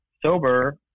sober